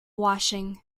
washing